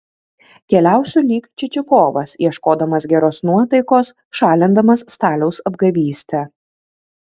keliausiu lyg čičikovas ieškodamas geros nuotaikos šalindamas staliaus apgavystę